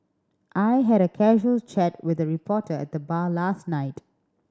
I had a casual chat with a reporter at the bar last night